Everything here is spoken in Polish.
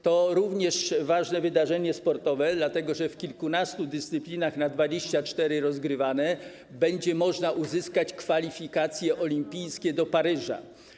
To również ważne wydarzenie sportowe, dlatego że w kilkunastu dyscyplinach na 24 rozgrywane będzie można uzyskać kwalifikacje olimpijskie do Paryża.